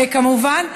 כמובן,